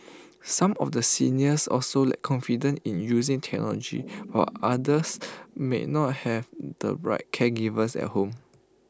some of the seniors also lack confidence in using technology while others may not have the right caregivers at home